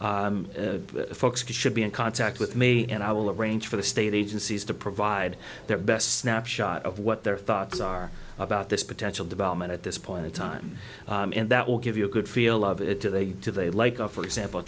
folks should be in contact with me and i will arrange for the state agencies to provide their best snapshot of what their thoughts are about this potential development at this point in time and that will give you a good feel loved do they do they like of for example